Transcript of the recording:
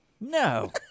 No